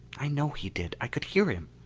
i know he did. i could hear him.